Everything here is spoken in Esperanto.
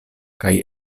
kaj